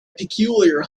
peculiar